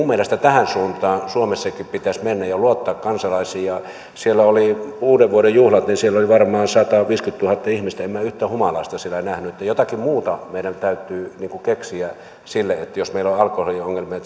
mielestäni tähän suuntaan suomessakin pitäisi mennä ja luottaa kansalaisiin kun siellä oli uudenvuoden juhlat niin siellä oli varmaan sataviisikymmentätuhatta ihmistä en minä yhtään humalaista nähnyt jotakin muuta meidän täytyy keksiä siihen jos meillä on alkoholiongelmia